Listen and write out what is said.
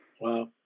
Wow